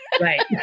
Right